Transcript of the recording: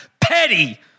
petty